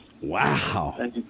Wow